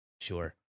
Sure